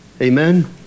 Amen